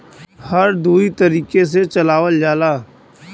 हर दुई तरीके से चलावल जाला